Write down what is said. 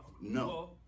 No